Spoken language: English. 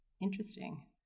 interesting